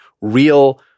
real